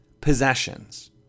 possessions